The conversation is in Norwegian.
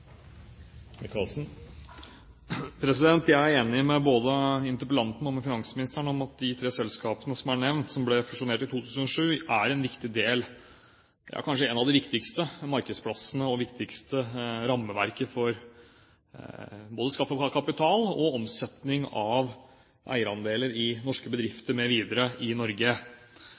nevnt, som ble fusjonert i 2007, er en viktig del, ja kanskje en av de viktigste markedsplassene og viktigste rammeverket, for både å skaffe kapital og omsetning av eierandeler i norske bedrifter mv. i Norge.